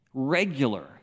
regular